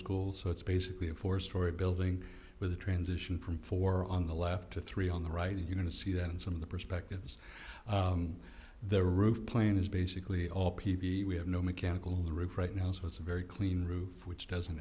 school so it's basically a four story building with a transition from four on the left to three on the right and you know to see that in some of the perspectives the roof plane is basically all p v we have no mechanical the roof right now so it's a very clean roof which doesn't